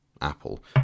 Apple